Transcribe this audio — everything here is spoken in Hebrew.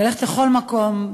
ללכת לכל מקום,